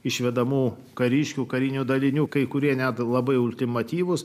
išvedamų kariškių karinių dalinių kai kurie net labai ultimatyvūs